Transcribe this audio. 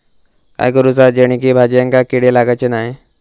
काय करूचा जेणेकी भाजायेंका किडे लागाचे नाय?